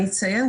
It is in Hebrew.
אני אציין,